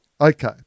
Okay